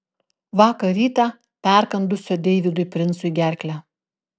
vakar rytą perkandusio deividui princui gerklę